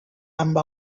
amb